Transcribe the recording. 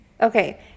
okay